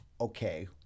okay